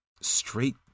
straight